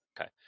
Okay